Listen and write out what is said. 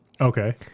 okay